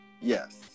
Yes